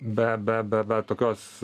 be be be be tokios